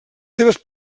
seves